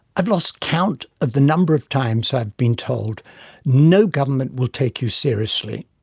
have lost count of the number of times i have been told no government will take you seriously